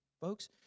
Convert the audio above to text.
folks